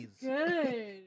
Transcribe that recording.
good